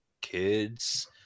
kids